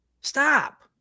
Stop